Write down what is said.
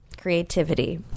creativity